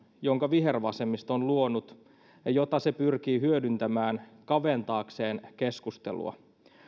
jonka vihervasemmisto on luonut ja jota se pyrkii hyödyntämään kaventaakseen keskustelua